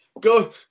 go